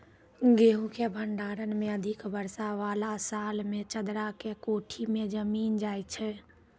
गेहूँ के भंडारण मे अधिक वर्षा वाला साल मे चदरा के कोठी मे जमीन जाय छैय?